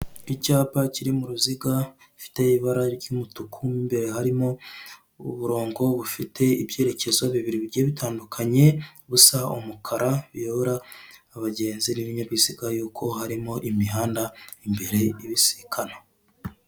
Icyapa kiri mu ruziga gifite ibara ry'umutuku, mo imbere harimo uburongo bufite ibyerekezo bibiri bigiye bitandukanye, busa umukara, biyobora abagenzi n'ibinyabiziga yuko harimo imihanda imbere ibisikana.